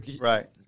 Right